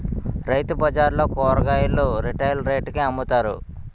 రైతుబజార్లలో కూరగాయలు రిటైల్ రేట్లకే అమ్ముతారు